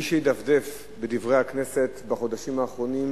מי שידפדף ב"דברי הכנסת" מהחודשים האחרונים